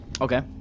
Okay